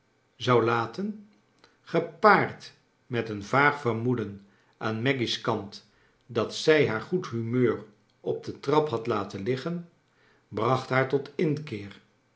zou laten gepaard met een vaag vermoeden aan maggy's kant dat zij haar goed humeur op de trap had laten liggen bracht haar tot inkeer